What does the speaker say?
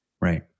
Right